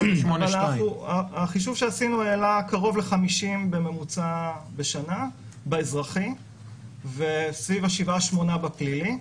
החישוב שעשינו העלה קרוב ל-50 בממוצע בשנה באזרחי וסביב 8-7 בפלילי.